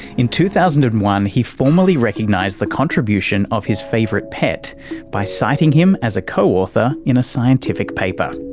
in two thousand and one he formally recognised the contribution of his favourite pet by citing him as a co-author in a scientific paper.